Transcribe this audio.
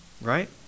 right